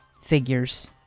Figures